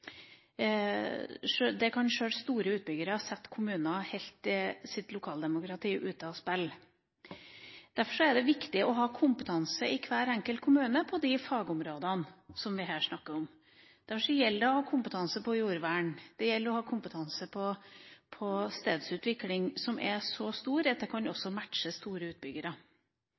og til kan sette lokaldemokratiet helt ut av spill. Derfor er det viktig å ha kompetanse i hver enkelt kommune på de fagområdene som vi her snakker om. Derfor gjelder det å ha en kompetanse på jordvern og på stedsutvikling som er så stor at den kan matche også store utbyggere.